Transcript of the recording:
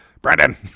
Brandon